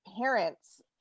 parents